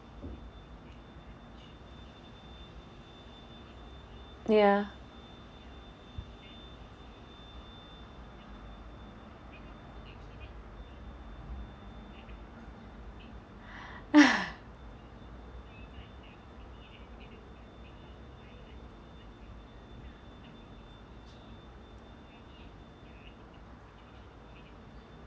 ya